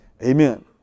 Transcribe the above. Amen